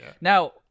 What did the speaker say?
Now